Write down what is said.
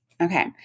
Okay